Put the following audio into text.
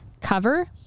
cover